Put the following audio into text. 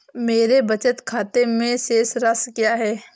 मेरे बचत खाते में शेष राशि क्या है?